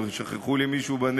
אבל הם שכחו לי מישהו בנאום.